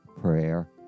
prayer